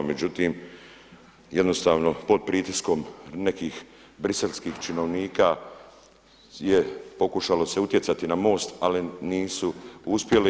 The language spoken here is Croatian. Međutim, jednostavno pod pritiskom nekih briselskih činovnika je pokušalo se utjecati na MOST, ali nisu uspjeli.